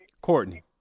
Courtney